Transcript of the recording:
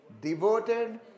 devoted